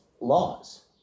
laws